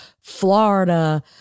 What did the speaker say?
Florida